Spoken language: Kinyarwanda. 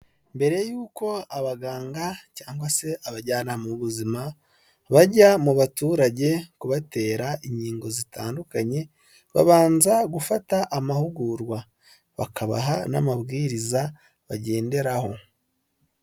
Mbere y'uko abaganga cyangwa se abajyana mu b'ubuzima bajya mu baturage kubatera inkingo zitandukanye babanza gufata amahugurwa bakabaha n'amabwiriza bagenderaho.